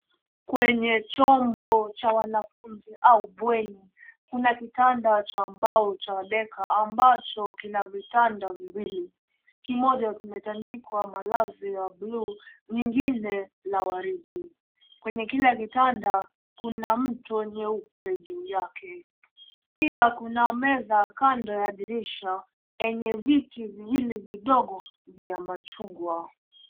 Kwenye chombo cha wanafunzi au bweni kuna kitanda cha mbao cha deka ambacho kina vitanda viwili. Kimoja kimetandikwa malazi ya blue nyingine la waridi. Kwenye kila kitanda kuna mto nyeupe juu yake. Pia kuna meza kando ya dirisha yenye viti viwili vidogo vya machungwa.